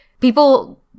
people